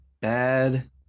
bad